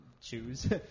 choose